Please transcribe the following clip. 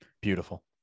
Beautiful